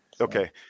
Okay